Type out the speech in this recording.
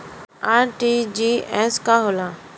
RTGS का होला?